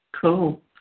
Cool